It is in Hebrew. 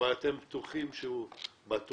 אבל אתם בטוחים שהוא בטוח,